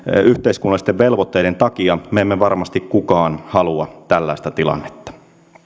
yhteiskunnallisten velvoitteiden takia me emme varmasti kukaan halua tällaista tilannetta